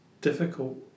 difficult